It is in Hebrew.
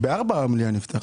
הייתה תקופה בלי ועדת כספים,